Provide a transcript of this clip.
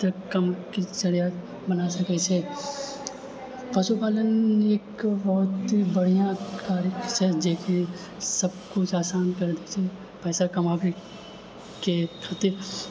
तऽ किछु बना सकै छै पशुपालन एक बहुत बढ़िआँ कार्य छै जेकि सबकिछु आसान करि दै छै पइसा कमाबैके प्रति